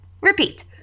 Repeat